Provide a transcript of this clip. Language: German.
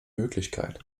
möglichkeit